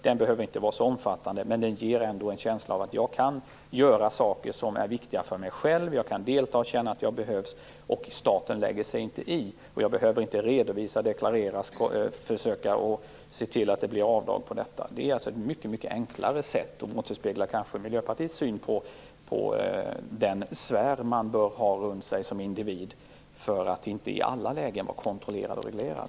Den behöver inte vara så omfattande men kan ändå ge människan en känsla av att kunna göra saker som är viktiga för henne själv. Hon kan delta och känna att hon behövs, utan att staten lägger sig i det. Hon behöver inte deklarera och begära avdrag för detta. Det är ett mycket enklare sätt, som kanske återspeglar Miljöpartiets syn på den sfär man som individ bör ha omkring sig för att inte i alla lägen vara kontrollerad och reglerad.